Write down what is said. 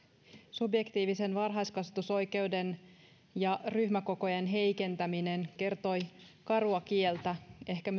subjektiivisen varhaiskasvatusoikeuden ja ryhmäkokojen heikentäminen kertoivat karua kieltä ehkä